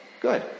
Good